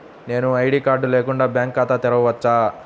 నేను ID card లేకుండా bank ఖాతా తెరవచ్చా?